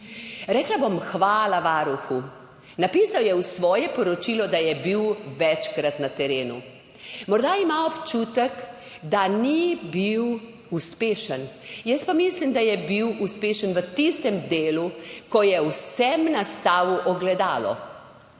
Rekla bom hvala Varuhu. Napisal je v svoje poročilo, da je bil večkrat na terenu. Morda ima občutek, da ni bil uspešen, jaz pa mislim, da je bil uspešen v tistem delu, ko je vsem nastavil ogledalo.